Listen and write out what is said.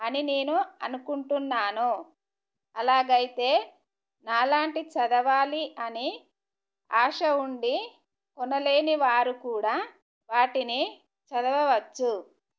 అని నేను అనుకుంటున్నాను అలాగ అయితే నాలాంటి చదవాలి అని ఆశ ఉండి కొనలేని వారు కూడా వాటిని చదవవచ్చు